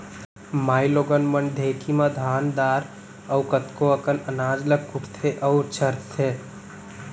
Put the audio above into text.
माइलोगन मन ढेंकी म धान दार अउ कतको अकन अनाज ल कुटथें अउ छरथें